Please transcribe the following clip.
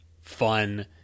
fun